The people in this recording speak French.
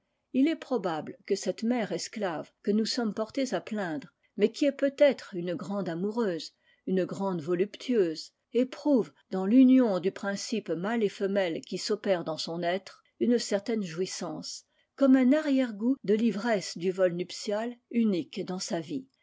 il est probable que cette mère esclave que nous sommes portés à plaindre mais qui est peut-être une grande amoureuse une grande voluptueuse éprouve dans l'union du principe mâle et femelle qui s'opère dans son être une certaine jouissance et comme un arrière gf de l'ivresse du vol nuptial unique dans sa ici